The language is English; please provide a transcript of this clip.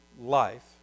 life